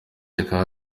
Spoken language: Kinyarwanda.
akaba